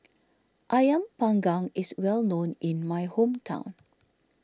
Ayam Panggang is well known in my hometown